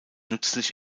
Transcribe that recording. nützlich